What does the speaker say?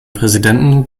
präsidenten